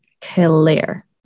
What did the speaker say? clear